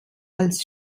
als